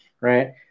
Right